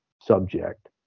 subject